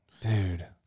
Dude